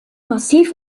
massiv